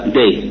day